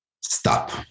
stop